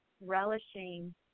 relishing